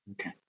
okay